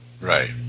Right